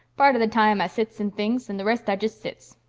part of the time i sits and thinks and the rest i jest sits.